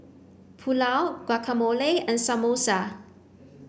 Pulao Guacamole and Samosa